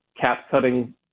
cap-cutting